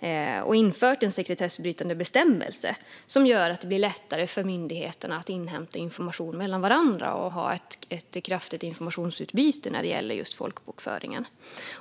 även infört en sekretessbrytande bestämmelse som gör att det blir lättare för myndigheterna att inhämta information från varandra och ha ett kraftigt informationsutbyte när det gäller just folkbokföringen.